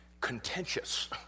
contentious